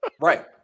Right